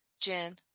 Jen